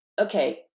okay